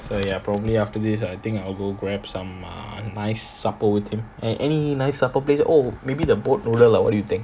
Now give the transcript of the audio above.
so ya probably after this I think I will go grab some uh nice supper with him an~ any nice supper place oh maybe the boat noodle lah what do you think